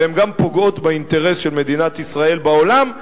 והן גם פוגעות באינטרס של מדינת ישראל בעולם,